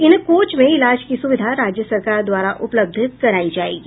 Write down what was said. इन coach में इलाज की सुविधा राज्य सरकार द्वारा उपलब्ध करायी जायेगी